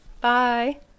bye